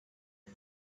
and